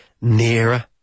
nearer